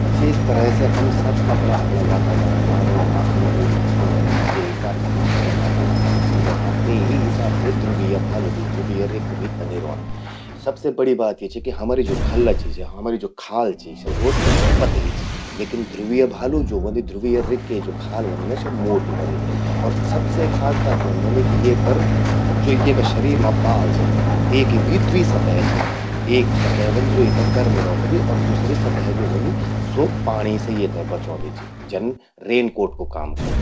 जे तरह से हम सभी अपणा अपणा वातावरण मां रौंणा अनुकूलित छिन ह्वयां, जे हिसाब से हम अपणा वातावरण मां छिन रौंणा। ते ही हिसाब से ध्रुवीय बालू, ध्रुवीय रिक्क भी तनि रौंद। सबसे बड़ि बात या चि कि, हमरि ज्वो खल्ला चि, हमरि ज्वो खाल चि, स्या भौत पतलि चि, लेकिन धुव्रीय भालू ज्वो ह्वोंदि, ध्रुवीय रिक्के ज्वो खाल ह्वोंदि ना स्या म्वोटि ह्वोंदि। अर सबसे खास बात या ह्वोंदि कि ये पर, ज्वो ये का शरीर मां बाल छिन, तेकि भी द्वी सतह छिन। एक सतह ह्वोंदि ज्वो य़े ते गर्म रौखदि, दूसरि सतह ज्वो ह्वोंदि स्वो पाणि से येते बचौंदि चि। जन रेनकोट कु काम करदि।